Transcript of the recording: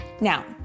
Now